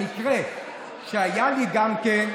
מקרה שהיה לי גם עם